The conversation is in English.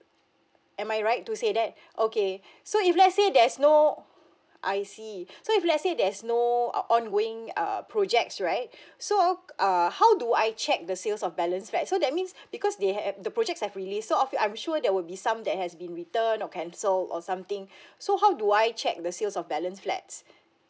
am I right to say that okay so if let's say there's no I see so if let's say there's no ugh ongoing err projects right so err how do I check the sales of balance flats so that means because they have the projects have released so of it I'm sure there will be some that has been returned or cancelled or something so how do I check the sales of balance flats